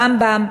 רמב"ם,